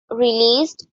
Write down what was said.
released